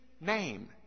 name